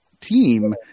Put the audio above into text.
team